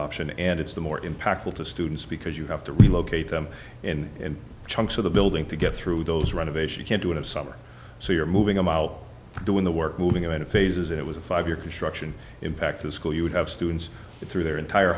option and it's the more impactful to students because you have to relocate them in chunks of the building to get through those renovation can't do it of summer so you're moving them out doing the work moving into phases it was a five year construction impact a school you would have students through their entire